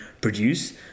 produce